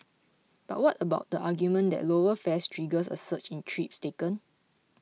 but what about the argument that lower fares triggers a surge in trips taken